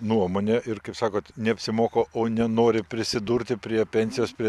nuomonę ir kaip sakot neapsimoka o nenori prisidurti prie pensijos prie